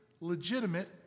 legitimate